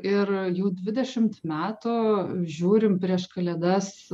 ir jau dvidešimt metų žiūrim prieš kalėdas